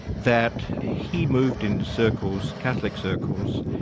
that he moved in circles, catholic circles,